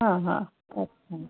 हां हां अच्छा